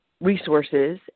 resources